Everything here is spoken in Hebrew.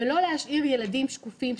ולא להשאיר ילדים שקופים,